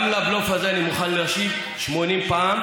גם לבלוף הזה אני מוכן להשיב 80 פעם,